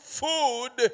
food